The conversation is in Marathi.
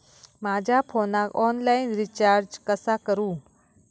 माझ्या फोनाक ऑनलाइन रिचार्ज कसा करू?